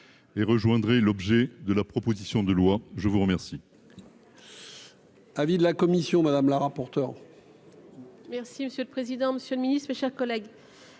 et rejoindrait l'objet de la proposition de loi, je vous remercie.